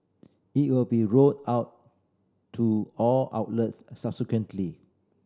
it will be rolled out to all outlets subsequently